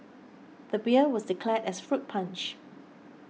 the beer was declared as fruit punch